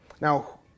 Now